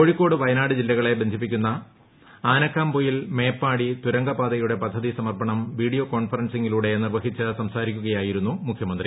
കോഴിക്കോട് വയനാട് ജില്ലകളെ ബന്ധിപ്പിക്കുന്ന ആനക്കാംപൊയിൽ മേപ്പാടി തുരങ്കപ്പാതയുടെ പദ്ധതി സമർപ്പണം വീഡിയോ കോൺഫ്രൻസിംഗിലൂടെ നിർവഹിച്ച് സംസാരിക്കുകയായിരുന്നു മുഖ്യമന്ത്രി